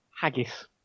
haggis